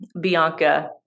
Bianca